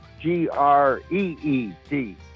G-R-E-E-T